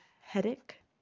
headache